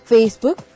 Facebook